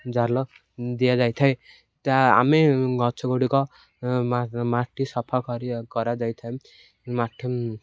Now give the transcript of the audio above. ଜାଲ ଦିଆଯାଇଥାଏ ତା ଆମେ ଗଛଗୁଡ଼ିକ ମାଟି ସଫା କରି କରାଯାଇଥାଏ ମାଟି